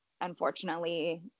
unfortunately